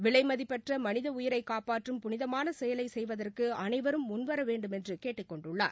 விலைதிப்பற்ற மனித உயிரை காப்பாற்றும் புனிதமான செயலை செய்வதற்கு அனைவரும் முன்வர வேண்டுமென்று கேட்டுக் கொண்டுள்ளார்